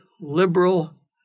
liberal